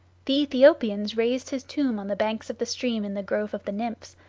the aethiopians raised his tomb on the banks of the stream in the grove of the nymphs,